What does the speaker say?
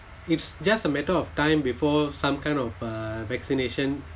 it's just a matter of time before some kind of uh vaccination